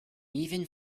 even